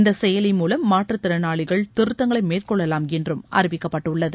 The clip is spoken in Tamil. இந்த செயலி மூவம் மாற்றுத் திறனாளிகள் திருத்தங்களை மேற்கொள்ளலாம் என்றும் அறிவிக்கப்பட்டுள்ளது